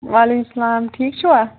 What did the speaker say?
وعلیکُم اسلام ٹھیٖک چھِوا